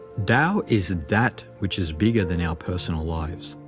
tao is that which is bigger than our personal lives.